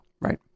Right